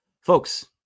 Folks